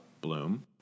Bloom